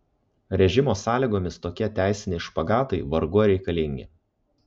režimo sąlygomis tokie teisiniai špagatai vargu ar reikalingi